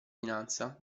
finanza